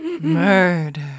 Murder